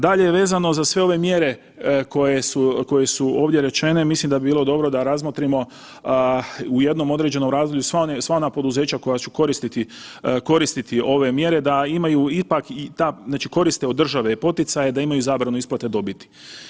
Dalje, vezano za sve ove mjere koje su ovdje rečene mislim da bi bilo dobro da razmotrimo u jednom određenom razdoblju sva ona poduzeća koja će koristiti ove mjere da imaju ipak i ta, znači koriste od države poticaje da imaju zabranu isplate dobiti.